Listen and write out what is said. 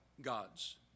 God's